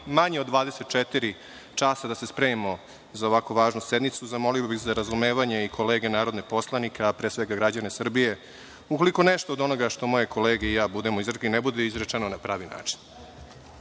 manje od 24 časa da se spremimo za ovako važnu sednicu, zamolio bih za razumevanje i kolege narodne poslanike, a pre svega građane Srbije ukoliko nešto od onoga što moje kolege i ja budemo izrekli ne bude izrečeno na pravi način. Ono